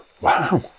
Wow